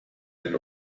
and